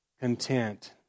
content